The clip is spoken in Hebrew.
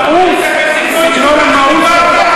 תמשיך, תמשיך, תמשיך עם הסגנון המאוס שלך.